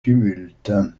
tumulte